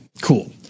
cool